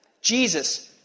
Jesus